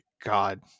god